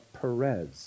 Perez